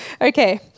Okay